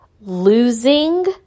Losing